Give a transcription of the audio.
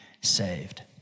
saved